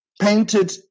painted